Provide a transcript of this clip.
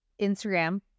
Instagram